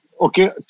okay